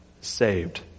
saved